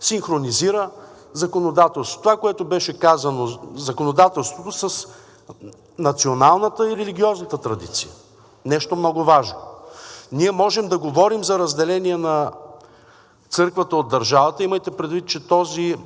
синхронизира законодателството, това, което беше казано – законодателството с националната и религиозната традиция, нещо много важно. Ние можем да говорим за разделение на църквата от държавата. Имайте предвид, че тази